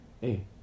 hey